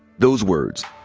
those words,